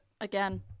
Again